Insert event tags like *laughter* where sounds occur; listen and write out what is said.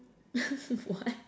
*laughs* what